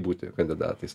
būti kandidatais